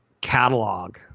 catalog